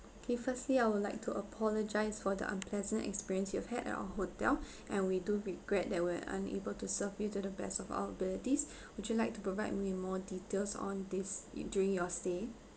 okay firstly I would like to apologise for the unpleasant experience you've had at our hotel and we do regret that we're unable to serve you to the best of our abilities would you like to provide me more details on this y~ during your stay